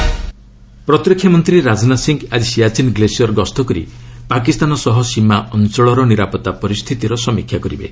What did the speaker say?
ରାଜନାଥ ସିଆଚୀନ୍ ପ୍ରତିରକ୍ଷା ମନ୍ତ୍ରୀ ରାଜନାଥ ସିଂ ଆଜି ସିଆଚୀନ୍ ଗ୍ଲେସିୟର୍ ଗସ୍ତ କରି ପାକିସ୍ତାନ ସହ ସୀମା ଅଞ୍ଚଳର ନିରାପତ୍ତା ପରିସ୍ଥିତିର ସମୀକ୍ଷା କରିବେ